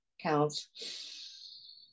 counts